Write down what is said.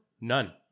None